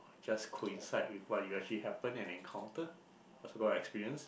just coincide with what you actually happen and encounter that's what I experience